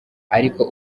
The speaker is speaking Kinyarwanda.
ariko